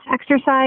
exercise